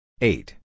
Eight